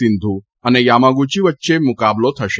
સિંધુ અને યામાગુચી વચ્ચે મુકાબલો થશે